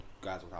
guys